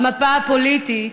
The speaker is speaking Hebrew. המפה הפוליטית,